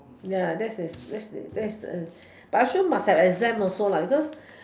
ya that's that's that's but actually must have exam also because